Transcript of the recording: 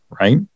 Right